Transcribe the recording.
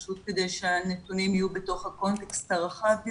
פשוט כדי שהנתונים יהיו בתוך הקונטקסט הרחב יותר.